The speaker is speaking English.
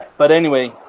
but anyway,